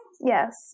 Yes